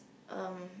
um